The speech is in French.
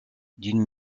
d’une